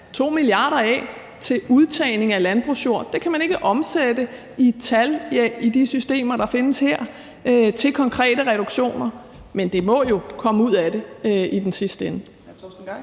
2 mia. kr. af til udtagning af landbrugsjord. Det kan man ikke i de systemer, der findes her, omsætte i et tal for konkrete reduktioner, men der må jo komme det ud af det i den sidste ende.